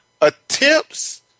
attempts